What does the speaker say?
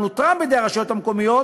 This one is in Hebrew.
הוא לא מתעסק בצד הפלילי אלא בצד הביטחוני.